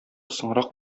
соңрак